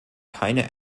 keine